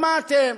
שמעתם